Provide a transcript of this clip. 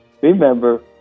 remember